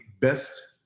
best